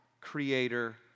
creator